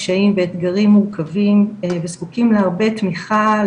קשיים ואתגרים מורכבים וזקוקים להרבה תמיכה,